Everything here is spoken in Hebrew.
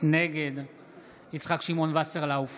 נגד יצחק שמעון וסרלאוף, נגד